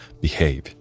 behave